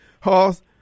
Hoss